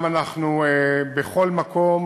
אנחנו בכל מקום